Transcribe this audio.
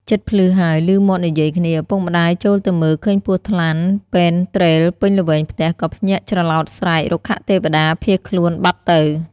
ជិតភ្លឺហើយ ឭមាត់និយាយគ្នា ឪពុកម្ដាយចូលទៅមើលឃើញពស់ថ្លាន់ពេនទ្រេលពេញល្វែងផ្ទះ ក៏ភ្ញាក់ច្រឡោតស្រែក រុក្ខទេវតា ភៀសខ្លួនបាត់ទៅ។